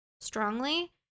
strongly